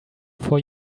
for